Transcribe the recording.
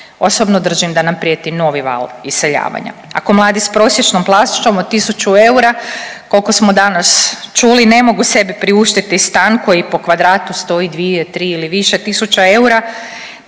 Osobno držim da nam prijeti novi val iseljavanja. Ako mladi s prosječnom plaćom od 1.000 eura koliko smo danas čuli ne mogu sebi priuštiti stan koji po kvadratu stoji 2, 3 ili više tisuća eura,